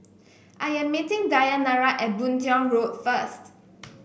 I am meeting Dayanara at Boon Tiong Road first